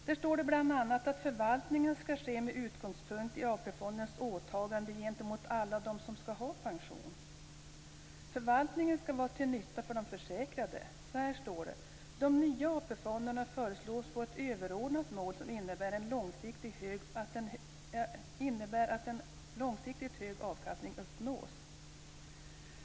Där står det bl.a. att förvaltningen ska ske med utgångspunkt i AP-fondens åtagande gentemot alla dem som ska ha pension. Förvaltningen ska vara till nytta för de försäkrade. Så här står det: "De nya AP-fonderna föreslås få ett överordnat mål som innebär att en långsiktigt hög avkastning uppnås."